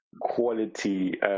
quality